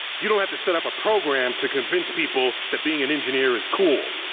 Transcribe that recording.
you don't have to set up a program to convince people that being an engineer is cool.